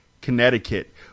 Connecticut